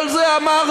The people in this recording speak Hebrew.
את כל זה אמרנו.